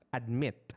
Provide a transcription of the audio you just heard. admit